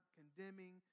condemning